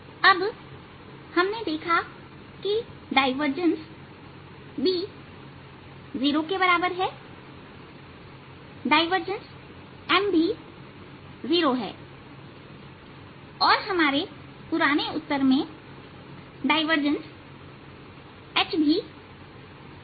अब हमने देखा कि डायवर्जेंस B 0 के बराबर हैडायवर्जेंस M भी 0 है और हमारे पुराने उत्तर में डायवर्जेंस H भी 0 है